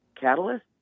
catalyst